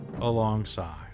alongside